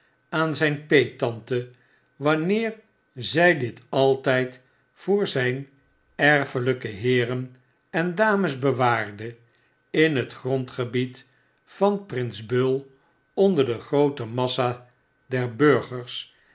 aan zp peettante wanneer zg dit altjjd voor zp erfelpe heeren en dames bewaarde in het grondgebied van prins bull onder de groote massa der burgers